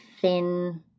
thin